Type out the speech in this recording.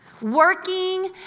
working